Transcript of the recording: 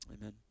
Amen